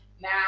Now